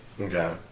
Okay